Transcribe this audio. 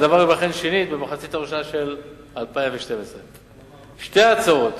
והדבר ייבחן שנית במחצית הראשונה של 2012. שתי ההצעות,